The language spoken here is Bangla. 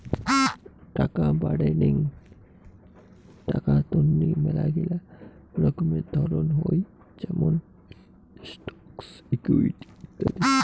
টাকা বাডেঙ্নি টাকা তন্নি মেলাগিলা রকমের ধরণ হই যেমন স্টকস, ইকুইটি ইত্যাদি